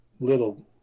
little